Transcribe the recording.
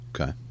Okay